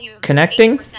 connecting